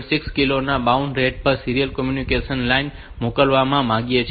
6 kilo ના baud દર પર સીરીયલ કોમ્યુનિકેશન લાઇન પર મોકલવા માંગીએ છીએ